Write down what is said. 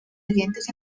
oyentes